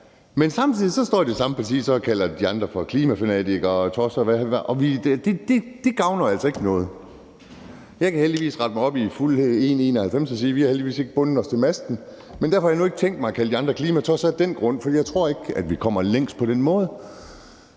Men samtidig står det samme parti og kalder de andre for klimafanatikere og -tosser, og det gavner altså ikke noget. Jeg kan heldigvis rette mig op i mine fulde 191 cm og sige, at vi heldigvis ikke har bundet os til masten, men derfor har jeg nu ikke tænkt mig at kalde de andre klimatosser af den grund, for jeg tror ikke, at vi kommer længst på den måde.